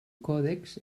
còdex